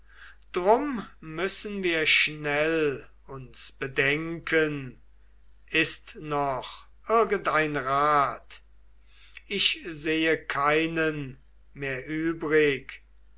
drum müssen wir schnell uns bedenken ist noch irgendein rat ich sehe keinen mehr übrig